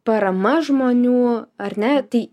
parama žmonių ar ne tai